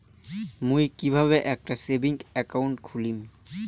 মুই কিভাবে একটা সেভিংস অ্যাকাউন্ট খুলিম?